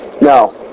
No